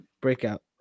Breakout